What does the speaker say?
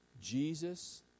Jesus